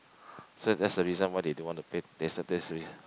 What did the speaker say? so that's the reason why they don't want to pay